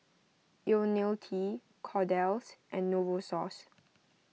Ionil T Kordel's and Novosource